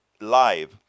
live